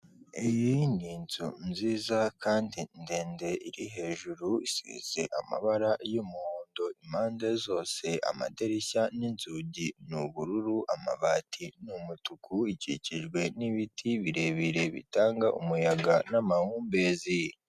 Iyi n' inzu nziza kandi ndende iri hejuru isize amabara y'umuhondo impande zose amadirishya ni nzugi n'ubururu amabati n'umutuku ikikijwe ni ibiti birebire bitanga umuyaga n'amahumbezi.